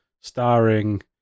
starring